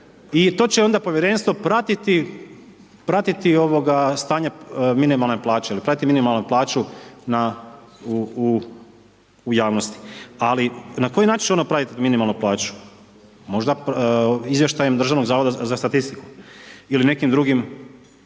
i to će onda povjerenstvo pratiti stanje minimalne plaće jer prati minimalnu plaću u javnosti. Ali na koji način će ono pratiti minimalnu plaću? Možda izvještajem DZSS-a ili nekim drugom